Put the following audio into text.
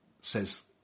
says